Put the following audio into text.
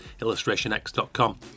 illustrationx.com